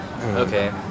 Okay